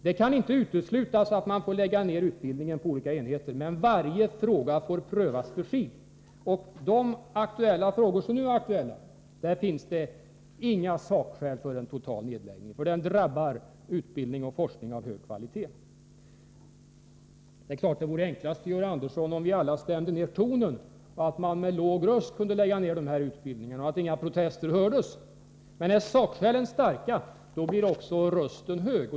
Det kan inte uteslutas att man får lägga ned olika utbildningsenheter. Men varje fråga måste prövas för sig. I de fall som nu är aktuella finns inga sakskäl för en total nedläggning, eftersom den drabbar utbildning och forskning av hög kvalitet. Det vore givetvis enklast för Georg Andersson, om vi alla stämde ned tonen, så att man med låg röst kunde lägga ned dessa utbildningar och inga protester hördes. Men är sakskälen starka blir också rösten hög.